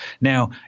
Now